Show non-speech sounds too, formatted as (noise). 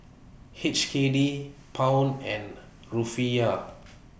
H K D Pound and Rufiyaa (noise)